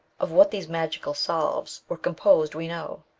of what these magical salves were composed we know.